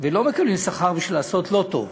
ולא מקבלים שכר בשביל לעשות לא טוב,